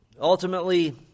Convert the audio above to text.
Ultimately